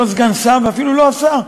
לא סגן שר ואפילו לא השר,